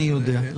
אני יודע.